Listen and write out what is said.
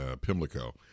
Pimlico